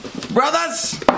Brothers